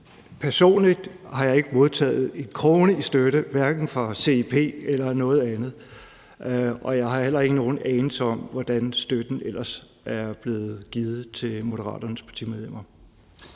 Personligt har jeg ikke modtaget en krone i støtte, hverken fra CIP eller noget andet, og jeg har heller ikke nogen anelse om, hvordan støtten ellers er blevet givet til Moderaternes partimedlemmer.